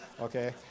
okay